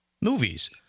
movies